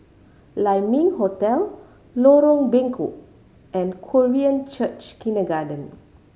Lai Ming Hotel Lorong Bengkok and Korean Church Kindergarten